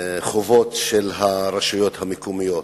חובות של הרשויות המקומיות.